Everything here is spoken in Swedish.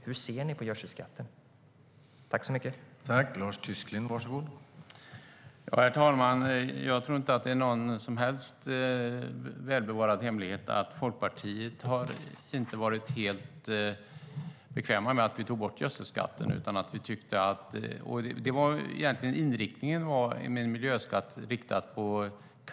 Hur ser Folkpartiet på gödselskatten?